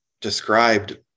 described